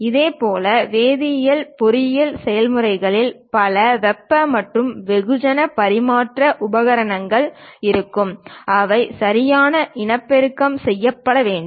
இதேபோல் வேதியியல் பொறியியல் செயல்முறைகளில் பல வெப்ப மற்றும் வெகுஜன பரிமாற்ற உபகரணங்கள் இருக்கும் அவை சரியாக இனப்பெருக்கம் செய்யப்பட வேண்டும்